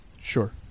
sure